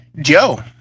Joe